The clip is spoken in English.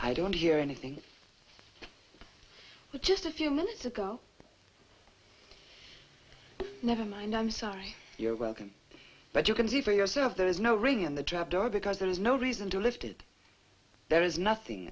i don't hear anything but just a few minutes ago never mind i'm sorry you're welcome but you can see for yourself there is no ring in the trap door because there is no reason to lifted there is nothing